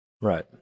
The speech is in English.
right